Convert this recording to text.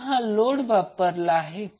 कारण हा लोड वापरला आहे